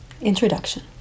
Introduction